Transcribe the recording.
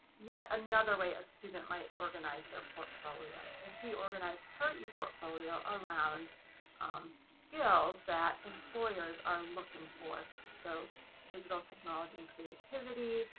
yet another way a student might organize their portfolio. so she organized her portfolio around skills that employers are looking for. so digital technology and creativity,